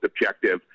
objective